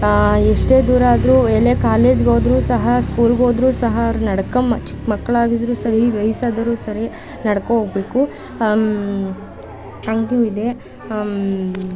ಎಷ್ಟೇ ದೂರ ಆದ್ರೂ ಎಲ್ಲೇ ಕಾಲೇಜ್ಗೆ ಹೋದ್ರೂ ಸಹ ಸ್ಕೂಲ್ಗೆ ಹೋದ್ರೂ ಸಹ ಅವ್ರು ನಡ್ಕೊಂಡು ಬಂ ಚಿಕ್ಕ ಮಕ್ಕಳಾಗಿದ್ರು ಸರಿ ವಯಸ್ಸಾದವ್ರು ಸರಿ ನಡ್ಕೊ ಹೋಗಬೇಕು ಹಂಗೂ ಇದೆ